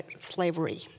slavery